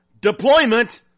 Deployment